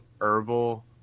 herbal